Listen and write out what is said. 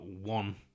one